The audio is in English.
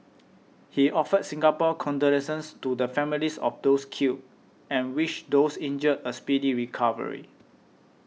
he offered Singapore's condolences to the families of those killed and wished those injured a speedy recovery